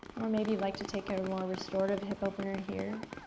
or maybe you'd like to take a more restorative hip opener here,